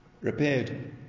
repaired